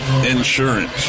Insurance